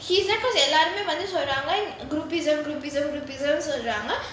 he's வந்து சொல்ராங்க:vanthu solraanga groupism groupism groupism சொல்ராங்க:solraanga